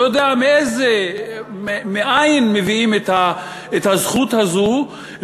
לא יודע מאין מביאים את הזכות הזאת,